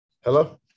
Hello